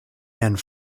and